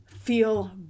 feel